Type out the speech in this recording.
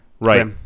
right